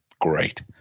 great